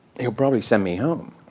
he'll probably send me home.